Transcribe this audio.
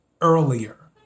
earlier